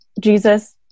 Jesus